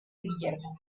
guillermo